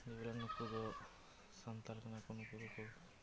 ᱦᱮᱸ ᱵᱚᱞᱮ ᱱᱩᱠᱩᱫᱚ ᱥᱟᱱᱛᱟᱞ ᱠᱟᱱᱟᱠᱚ ᱱᱩᱠᱩ ᱫᱚᱠᱚ